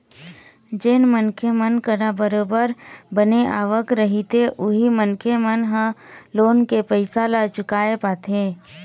जेन मनखे मन करा बरोबर बने आवक रहिथे उही मनखे मन ह लोन के पइसा ल चुकाय पाथे